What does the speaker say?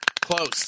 Close